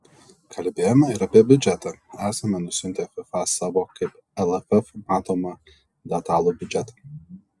kalbėjome ir apie biudžetą esame nusiuntę fifa savo kaip lff matomą detalų biudžetą